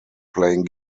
playing